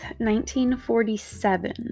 1947